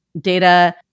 data